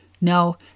No